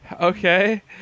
Okay